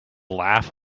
laugh